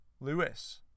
Lewis